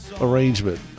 arrangement